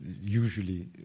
usually